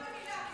תגיד מילה במילה,